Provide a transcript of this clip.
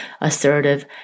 assertive